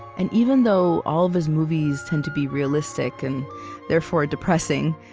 and even though all of his movies tend to be realistic and therefore depressing,